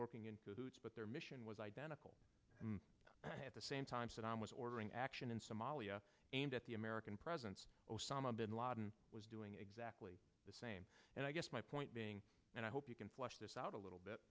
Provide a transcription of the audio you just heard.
working in but their mission was identical at the same time saddam was ordering action in somalia aimed at the american presence osama bin laden was doing exactly the same and i guess my point being and i hope you can flesh this out a little